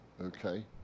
okay